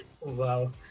Wow